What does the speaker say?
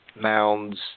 mounds